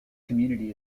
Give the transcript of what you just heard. community